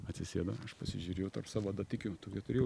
atsisėdo aš pasižiūrėjau savo adatikių tokią turėjau